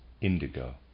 indigo